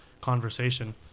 conversation